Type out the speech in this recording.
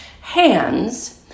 hands